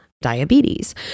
diabetes